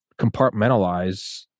compartmentalize